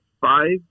five